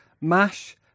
MASH